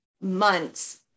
months